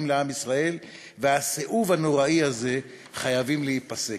לעם ישראל והסיאוב הנוראי הזה חייבים להיפסק.